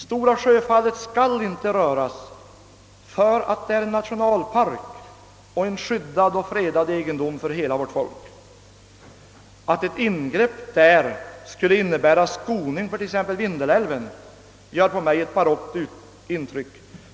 Stora Sjöfallet skall icke röras, eftersom det är nationalpark och skyddad egendom för hela vårt folk. Påståendet att ingrepp där skulle innebära att man skonar t.ex. Vindelälven gör på mig ett barockt intryck.